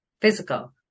physical